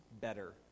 better